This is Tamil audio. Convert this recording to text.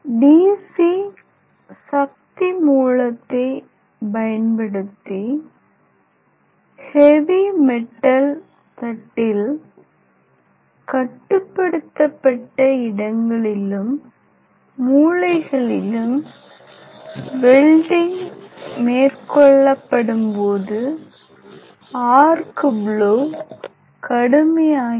C சக்தி மூலத்தைப் பயன்படுத்தி ஹெவி மெட்டல் தட்டில் கட்டுப்படுத்தப்பட்ட இடங்களிலும் மூலைகளிலும் வெல்டிங் மேற்கொள்ளப்படும்போது ஆர்க் ப்லோ கடுமையாகிறது